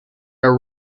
are